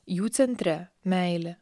jų centre meilė